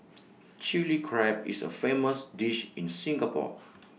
Chilli Crab is A famous dish in Singapore